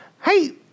Hey